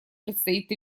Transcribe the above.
предстоит